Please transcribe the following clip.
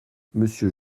monsieur